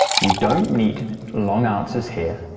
you don't need long answers here,